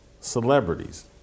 celebrities